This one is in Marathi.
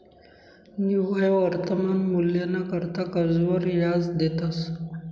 निव्वय वर्तमान मूल्यना करता कर्जवर याज देतंस